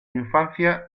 infancia